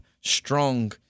strong